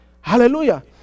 Hallelujah